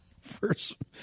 first